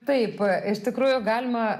taip iš tikrųjų galima